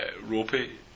ropey